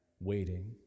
waiting